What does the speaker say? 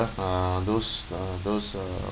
uh those uh those uh